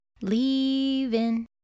Leaving